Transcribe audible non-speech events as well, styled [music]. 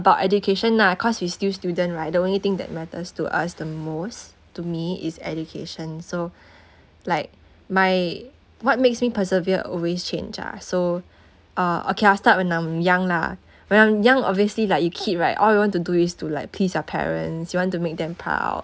about education ah cause we still student right the only thing that matters to us the most to me is education so [breath] like my what makes me persevere always change ah so uh okay I start when I'm young lah when I'm young obviously like you kid right all you want to do is to like please your parents you want to make them proud